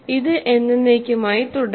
ഇത് എന്നെന്നേക്കുമായി തുടരണം